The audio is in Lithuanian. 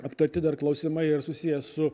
aptarti dar klausimai ir susiję su